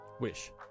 Wish